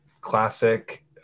classic